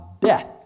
death